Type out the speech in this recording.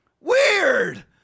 Weird